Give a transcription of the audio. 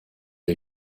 les